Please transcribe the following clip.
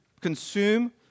consume